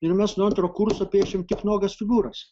ir mes nuo antro kurso piešėm tik nuogas figūras